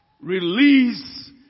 Release